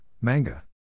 manga